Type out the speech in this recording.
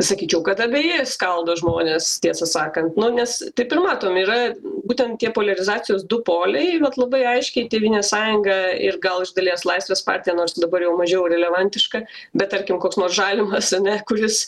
sakyčiau kad abeji skaldo žmones tiesą sakant nu nes taip ir matom yra būtent tie poliarizacijos du poliai bet labai aiškiai tėvynės sąjunga ir gal iš dalies laisvės partija nors dabar jau mažiau relevantiška bet tarkim koks nors žalimas ane kuris